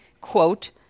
quote